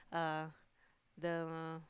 uh the